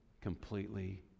completely